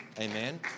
Amen